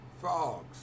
frogs